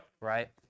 right